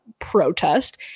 protest